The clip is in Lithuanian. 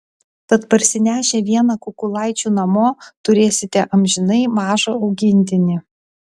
tad parsinešę vieną kukulaičių namo turėsite amžinai mažą augintinį